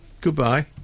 goodbye